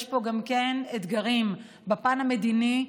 יש פה גם כן אתגרים בפן המדיני,